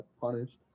punished